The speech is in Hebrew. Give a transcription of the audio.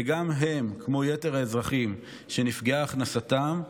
וכמו יתר האזרחים שנפגעה הכנסתם,